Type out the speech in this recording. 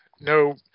no